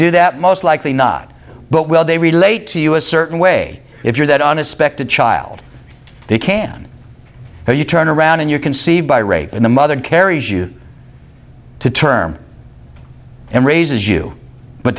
do that most likely not but will they relate to you a certain way if you're that unexpected child they can have you turn around and you can see by rape and the mother carries you to term and raise you but